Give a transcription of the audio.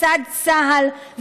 לצד צה"ל,